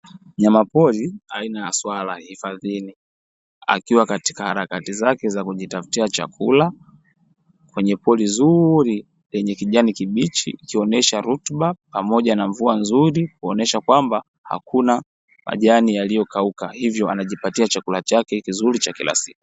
Mnyama pori aina ya swala hifadhini akiwa katika harakati zake za kujitafutia chakula kwenye pori zuri, lenye kijani kibichi ikionyesha rutuba pamoja na mvua nzuri kuonyesha kwamba hakuna majani yaliyokauka hivyo anajipatia chakula chake kizuri cha kila siku.